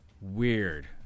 Weird